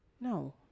No